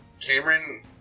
Cameron